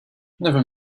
never